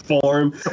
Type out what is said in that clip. form